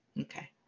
Okay